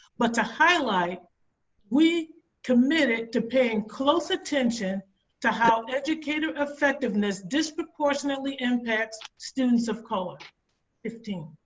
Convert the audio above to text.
but to highlight we committed to paying close attention to how educator effectiveness disproportionately impacts students of color fifteen